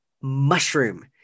Mushroom